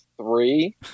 three